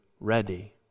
ready